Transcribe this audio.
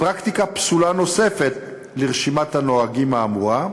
פרקטיקה פסולה נוספת לרשימת הנהגים האמורה,